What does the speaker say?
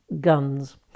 Guns